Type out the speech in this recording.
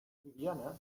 bibiana